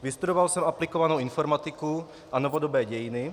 Vystudoval jsem aplikovanou informatiku a novodobé dějiny.